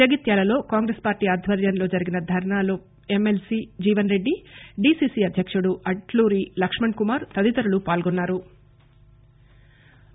జగిత్యాలలో కాంగ్రెస్ పార్టీ ఆధ్వర్యంలో జరిగిన ధర్నా లో ఎమ్మెల్సీ జీవన్ రెడ్డి డీసీసీ అధ్యకుడు అడ్లూరి లక్ష్మణ్ కుమార్ తదితరులు పాల్గొన్నారు